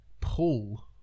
pull